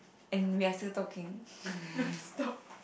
and we are still talking non stop